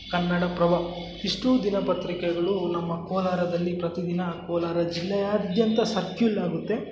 ಕನ್ನಡ ಪ್ರಭ ಇಷ್ಟೂ ದಿನಪತ್ರಿಕೆಗಳೂ ನಮ್ಮ ಕೋಲಾರದಲ್ಲಿ ಪ್ರತಿ ದಿನ ಕೋಲಾರ ಜಿಲ್ಲೆಯಾದ್ಯಂತ ಸರ್ಕ್ಯೂಲ್ ಆಗುತ್ತೆ